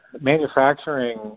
manufacturing